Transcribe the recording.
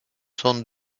sont